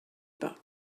pas